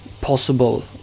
possible